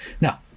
Now